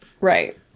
Right